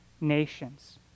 nations